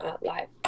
live